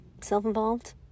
self-involved